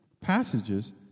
passages